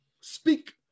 speak